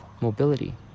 mobility